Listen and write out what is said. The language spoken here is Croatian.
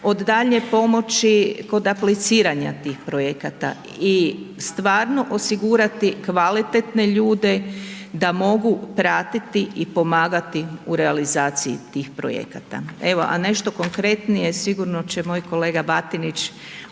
od daljnje pomoći kod apliciranja tih projekata i stvarno osigurati kvalitetne ljude da mogu pratiti i pomagati u realizaciji tih projekata. Evo, a nešto konkretnije sigurno će moj kolega Batinić, koji